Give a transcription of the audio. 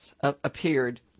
appeared